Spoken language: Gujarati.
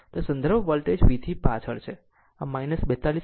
આ સંદર્ભ વોલ્ટેજ V થી પાછળ છે